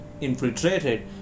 infiltrated